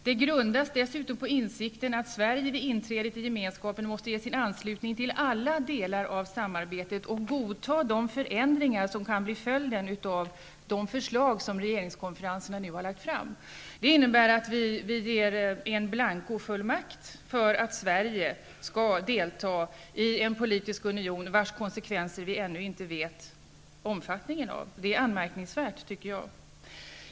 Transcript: Det grundas dessutom på insikten att Sverige vid inträdet i Gemenskapen måste ge sin anslutning till alla delar av samarbetet och godta de förändringar som kan bli följden av de förslag som regeringskonferenserna nu har lagt fram. Det innebär att vi ger en blankofullmakt för att Sverige skall delta i en politisk union, vars konsekvenser vi ännu inte vet omfattningen av. Det är anmärkningsvärt, tycker jag.